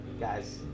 guys